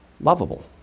lovable